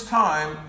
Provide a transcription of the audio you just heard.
time